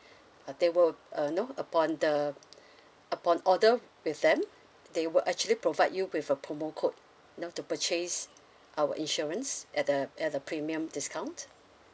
uh there will uh you know upon the upon order with them they will actually provide you with a promo code you know to purchase our insurance at the at the premium discount